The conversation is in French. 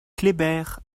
kléber